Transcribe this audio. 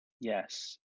Yes